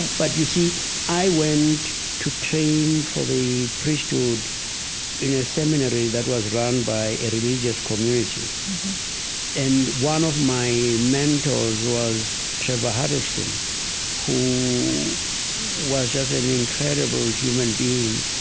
but you see i went to train for the priesthood in a seminary that was run by a religious community and one of my mentors was trevor huddleston who was just an incredible human being.